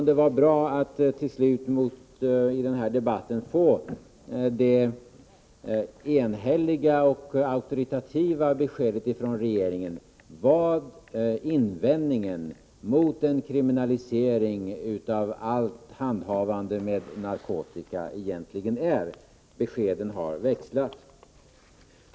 Det vore bra att i den här debatten få ett enhälligt och auktoritativt besked från regeringen: Vad är egentligen invändningen mot en kriminalisering av allt handhavande med narkotika? Beskeden har växlat.